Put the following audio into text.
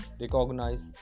recognize